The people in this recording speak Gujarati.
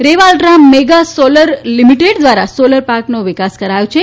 રેવા અલ્ટ્રા મેગા સોલર લિમિટેડ દ્વારા સોલર પાર્કનો વિકાસ કરાયો છે